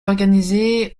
organisé